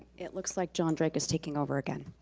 it looks like john drake is taking over again.